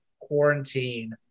quarantine